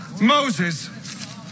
Moses